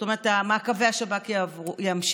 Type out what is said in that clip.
זאת אומרת מעקבי השב"כ ימשיכו.